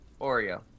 Oreo